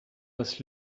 das